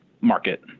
market